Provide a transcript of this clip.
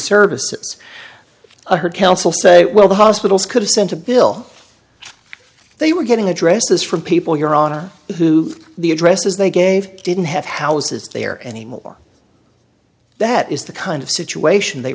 services or her counsel say well the hospitals could have sent a bill they were getting addresses from people here on our who the addresses they gave didn't have houses there anymore that is the kind of situation they